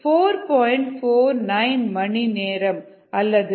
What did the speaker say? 49 மணி நேரம் அல்லது 269